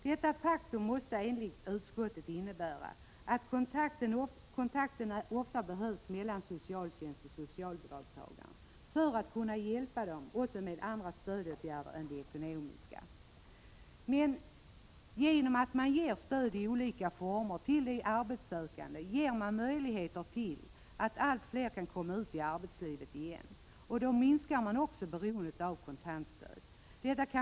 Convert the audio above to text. Detta faktum innebär enligt utskottet att det krävs täta kontakter mellan socialtjänst och socialbidragstagare för att de senare skall kunna få hjälp i form av andra stödåtgärder än enbart ekonomiska. Genom att ge de arbetssökande stöd i olika former skapar man möjligheter för allt fler att på nytt komma ut i arbetslivet. Därmed minskas också beroendet av kontantstöd.